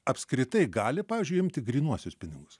apskritai gali pavyzdžiui imti grynuosius pinigus